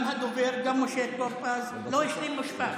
גם הדובר, גם משה טור פז לא השלים משפט.